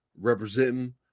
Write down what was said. representing